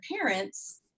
parents